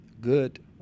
good